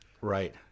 right